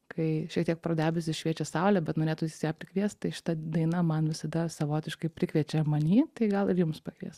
kai šiek tiek pro debesis šviečia saulė bet norėtųsi ją prikviest tai šita daina man visada savotiškai prikviečia many tai gal ir jums pakvies